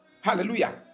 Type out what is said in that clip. Hallelujah